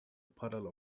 puddle